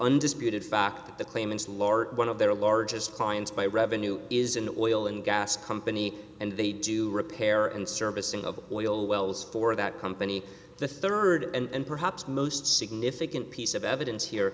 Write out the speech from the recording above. undisputed fact that the claimants lart one of their largest clients by revenue is an oil and gas company and they do repair and servicing of oil wells for that company the third and perhaps most significant piece of evidence here